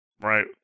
right